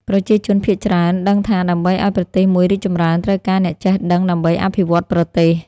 ប្រជាជនភាគច្រើនដឹងថាដើម្បីអោយប្រទេសមួយរីកចម្រើន ត្រូវការអ្នកចេះដឹងដើម្បីអភិវឌ្ឍន៍ប្រទេស ។